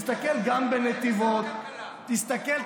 תסתכל גם בנתיבות, תסתכל.